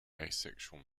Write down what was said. asexual